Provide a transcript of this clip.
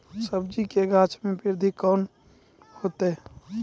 सब्जी के गाछ मे बृद्धि कैना होतै?